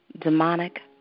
demonic